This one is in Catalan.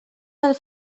del